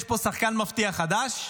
יש פה שחקן מפתיע חדש,